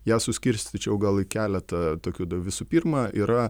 ją suskirstyčiau gal į keletą tokių visų pirma yra